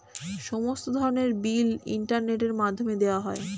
সমস্ত ধরনের বিল ইন্টারনেটের মাধ্যমে দেওয়া যায়